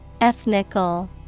Ethnical